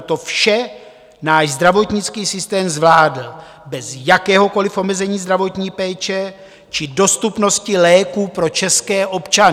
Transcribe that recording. To vše náš zdravotnický systém zvládl bez jakéhokoliv omezení zdravotní péče či dostupnosti léků pro české občany.